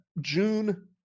June